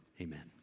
Amen